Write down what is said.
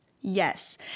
Yes